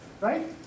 right